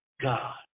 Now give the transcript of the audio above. God